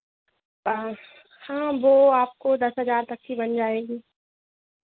हाँ हाँ वो आपको दस हज़ार तक की बन जाएगी